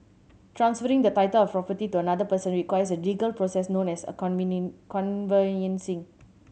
transferring the title of a property to another person requires a legal process known as a conveyancing